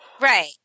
Right